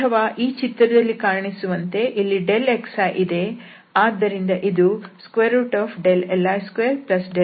ಅಥವಾ ಈ ಚಿತ್ರದಲ್ಲಿ ಕಾಣುವಂತೆ ಇಲ್ಲಿ xi ಇದೆ ಆದ್ದರಿಂದ ಇದು li2xi2 ಆಗುತ್ತದೆ